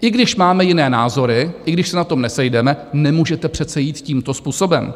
I když máme jiné názory, i když se na tom nesejdeme, nemůžete přece jít tímto způsobem!